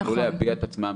שיכלו להביע את עצמם,